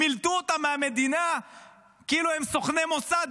מילטו אותם מהמדינה כאילו הם סוכני מוסד,